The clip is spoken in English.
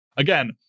Again